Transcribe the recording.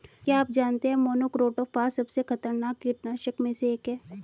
क्या आप जानते है मोनोक्रोटोफॉस सबसे खतरनाक कीटनाशक में से एक है?